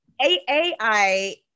AI